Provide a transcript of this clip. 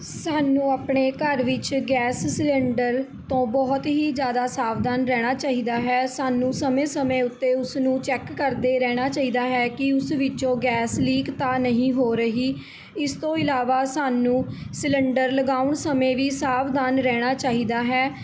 ਸਾਨੂੰ ਆਪਣੇ ਘਰ ਵਿੱਚ ਗੈਸ ਸਿਲੰਡਰ ਤੋਂ ਬਹੁਤ ਹੀ ਜ਼ਿਆਦਾ ਸਾਵਧਾਨ ਰਹਿਣਾ ਚਾਹੀਦਾ ਹੈ ਸਾਨੂੰ ਸਮੇਂ ਸਮੇਂ ਉੱਤੇ ਉਸ ਨੂੰ ਚੈੱਕ ਕਰਦੇ ਰਹਿਣਾ ਚਾਹੀਦਾ ਹੈ ਕਿ ਉਸ ਵਿੱਚੋਂ ਗੈਸ ਲੀਕ ਤਾਂ ਨਹੀਂ ਹੋ ਰਹੀ ਇਸ ਤੋਂ ਇਲਾਵਾ ਸਾਨੂੰ ਸਿਲੰਡਰ ਲਗਾਉਣ ਸਮੇਂ ਵੀ ਸਾਵਧਾਨ ਰਹਿਣਾ ਚਾਹੀਦਾ ਹੈ